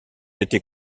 été